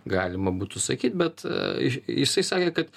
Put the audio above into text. galima būtų sakyt bet jisai sakė kad